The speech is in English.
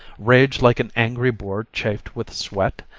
rage like an angry boar chafed with sweat?